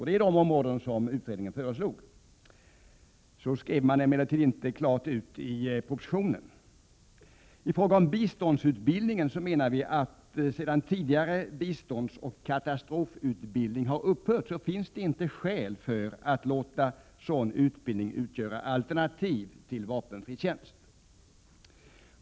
Det är de områden som utredningen föreslog. Så skrev man emellertid inte klart ut i propositionen. I fråga om biståndsutbildningen menar vi att det, sedan tidigare biståndsoch katastrofutbildning upphört, inte finns skäl att låta sådan utbildning utgöra alternativ till vapenfri tjänst.